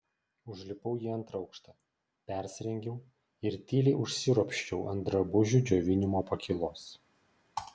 užlipau į antrą aukštą persirengiau ir tyliai užsiropščiau ant drabužių džiovinimo pakylos